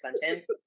sentence